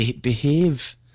behave